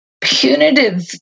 punitive